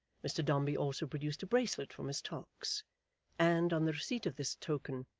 mr dombey also produced a bracelet for miss tox and, on the receipt of this token,